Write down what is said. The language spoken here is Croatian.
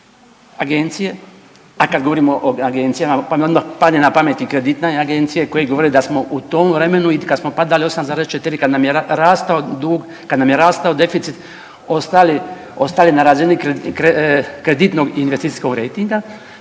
a kada govorimo o agencijama pa mi odmah padne na pamet i kreditne agencije koje govore da smo u tom vremenu i kada smo padali 8,4 kada nam je rastao dug, kada nam je rastao deficit ostali na razini kreditnog investicijskog rejtinga,